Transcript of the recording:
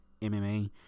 MMA